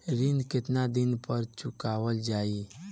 ऋण केतना दिन पर चुकवाल जाइ?